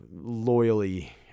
loyally